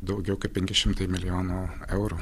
daugiau kaip penki šimtai milijonų eurų